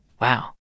Wow